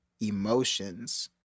emotions